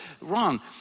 Wrong